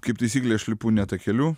kaip taisyklė aš lipu ne takeliu